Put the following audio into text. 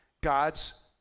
God's